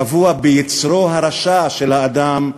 טבוע ביצרו הרשע של האדם,